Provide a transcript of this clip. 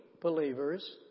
believers